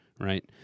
right